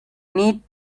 need